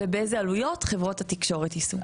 ובאלו עלויות חברות התקשורת יישאו.